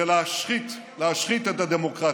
זה להשחית, להשחית את הדמוקרטיה.